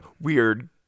weird